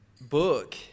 book